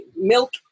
Milk